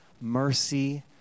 Mercy